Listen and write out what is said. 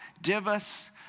Divus